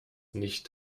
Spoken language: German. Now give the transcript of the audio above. nicht